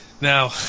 Now